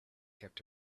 kept